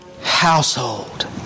household